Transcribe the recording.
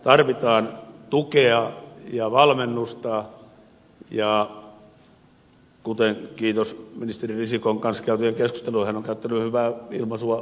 tarvitaan tukea ja valmennusta kuten kiitos ministeri risikon kanssa käytyjen keskustelujen hän on käyttänyt hyvää ilmaisua voimistelussa auttaminen